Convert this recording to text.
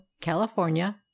California